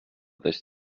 this